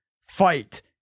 fight